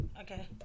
Okay